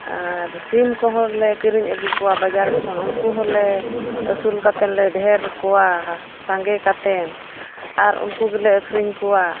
ᱟᱨ ᱥᱤᱢ ᱠᱚᱦᱚᱸ ᱞᱮ ᱠᱤᱨᱤᱧ ᱟᱹᱜᱩ ᱠᱚᱣᱟ ᱵᱟᱡᱟᱨ ᱠᱷᱚᱱ ᱩᱱᱠᱩ ᱦᱚᱸᱞᱮ ᱟᱹᱥᱩᱞ ᱠᱟᱛᱮᱫ ᱞᱮ ᱰᱷᱮᱨ ᱠᱚᱣᱟ ᱥᱟᱸᱜᱮ ᱠᱟᱛᱮᱫ ᱟᱨ ᱩᱱᱠᱩ ᱜᱮᱞᱮ ᱟᱹᱠᱷᱨᱤᱧ ᱠᱚᱣᱟ